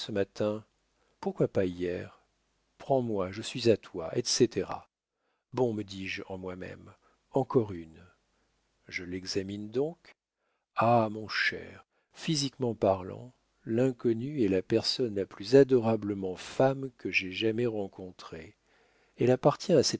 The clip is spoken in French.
ce matin pourquoi pas hier prends-moi je suis à toi et cætera bon me dis-je en moi-même encore une je l'examine donc ah mon cher physiquement parlant l'inconnue est la personne la plus adorablement femme que j'aie jamais rencontrée elle appartient